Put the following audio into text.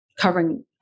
covering